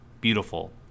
beautiful